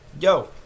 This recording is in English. Yo